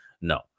No